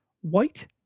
white